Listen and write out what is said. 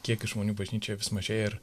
kiek žmonių bažnyčioje vis mažėja ir